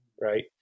Right